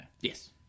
Yes